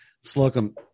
Slocum